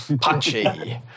Punchy